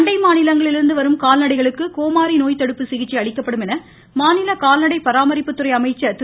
அண்டை மாநிலங்களிலிருந்து வரும் கால்நடைகளுக்கு கோமாரி நோய் தடுப்பு சிகிச்சை அளிக்கப்படும் என மாநில கால்நடை பராமரிப்புத் துறை அமைச்சர் திரு